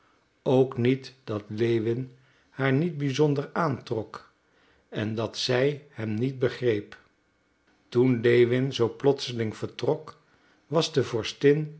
ook niet dat lewin haar niet bizonder aantrok en dat zij hem niet begreep toen lewin zoo plotseling vertrok was de